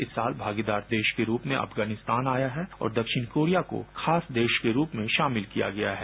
इस साल भागीदार देश के रूप में अफगानिस्तान आया है और दक्षणि कोरिया को खास देश के रूप में शामिल किया गया है